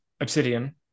Obsidian